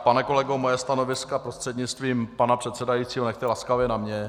Pane kolego, moje stanoviska, prostřednictvím pana předsedajícího, nechte laskavě na mně.